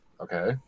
okay